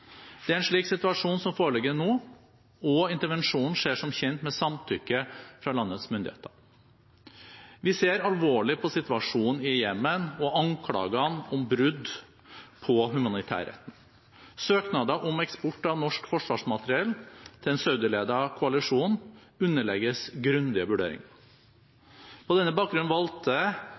Det er en slik situasjon som foreligger nå, og intervensjonen skjer som kjent med samtykke fra landets myndigheter. Vi ser alvorlig på situasjonen i Jemen og anklagene om brudd på humanitærretten. Søknader om eksport av norsk forsvarsmateriell til den saudiledede koalisjonen underlegges grundige vurderinger. På denne bakgrunn valgte